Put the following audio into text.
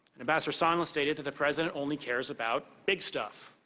ambassador sondland stated that the president only cares about big stuff.